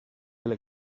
del